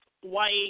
white